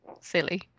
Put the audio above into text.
silly